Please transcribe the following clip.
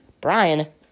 Brian